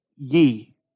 ye